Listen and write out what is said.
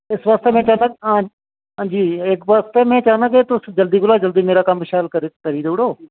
इस बास्तै में चाह्नां आं जी इस बास्तै में चाह्नां कि तुस मेरा कम्म शैल करी देई ओड़ेओ